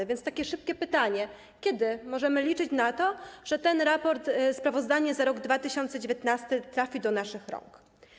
A więc takie szybkie pytanie: Kiedy możemy liczyć na to, że ten raport, sprawozdanie za rok 2019 trafi do naszych rąk?